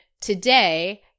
today